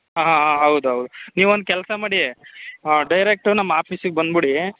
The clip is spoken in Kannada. ಹಾಂ ಹಾಂ ಹಾಂ ಹೌದೌದು ನೀವು ಒಂದು ಕೆಲಸ ಮಾಡಿ ಡೈರೆಕ್ಟು ನಮ್ಮ ಆಫೀಸಿಗೆ ಬಂದ್ಬಿಡಿ